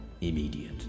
Immediate